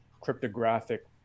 cryptographic